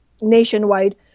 nationwide